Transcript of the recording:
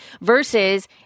versus